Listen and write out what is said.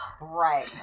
right